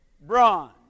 Braun